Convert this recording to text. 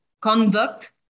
conduct